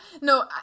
No